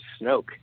Snoke